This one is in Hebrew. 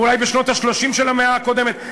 אולי בשנות ה-30 של המאה הקודמת?